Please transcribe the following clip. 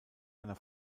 einer